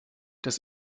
das